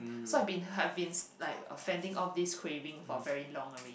so I've been I've been like fending off this craving for very long already